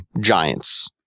giants